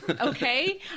Okay